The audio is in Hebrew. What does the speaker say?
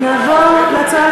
נעבור להצעות